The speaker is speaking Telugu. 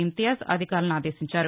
ఇంతియాజ్ అధికారులను ఆదేశించారు